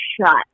shut